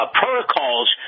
protocols